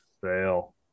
fail